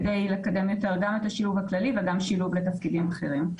כדי לקדם יותר גם את השילוב הכללי וגם שילוב לתפקידים בכירים.